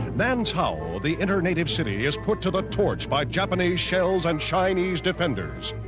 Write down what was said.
nan tow the inter-native city, is put to the torch by japanese shells and chinese defenders,